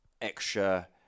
extra